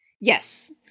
Yes